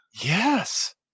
yes